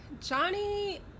Johnny